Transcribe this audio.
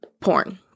porn